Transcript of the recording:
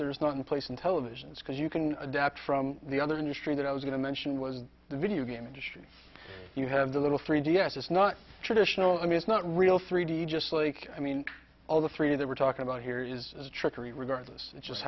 there's not in place in televisions because you can adapt from the other industry that i was going to mention was the video game industry you have the little three d s it's not traditional i mean it's not real three d just like i mean all the three that we're talking about here is trickery regardless of just